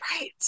Right